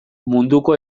munduko